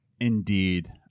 indeed